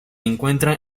encuentra